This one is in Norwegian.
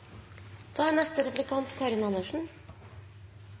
Da er neste